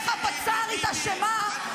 תמתיני שנייה.